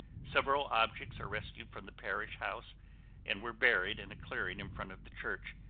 several objects are rescued from the parish house and were buried in a clearing in front of the church,